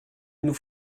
nous